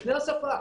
לפני השפה.